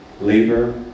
labor